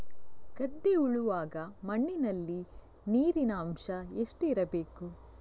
ಗದ್ದೆ ಉಳುವಾಗ ಮಣ್ಣಿನಲ್ಲಿ ನೀರಿನ ಅಂಶ ಎಷ್ಟು ಇರಬೇಕು?